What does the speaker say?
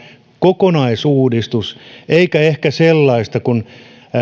kokonaisuudistus eikä ehkä sellaista miten